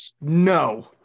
No